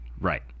Right